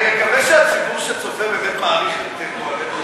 אני מקווה שהציבור שצופה באמת מעריך את פועלנו.